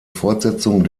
fortsetzung